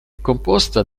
composta